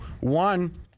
One